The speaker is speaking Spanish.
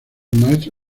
maestro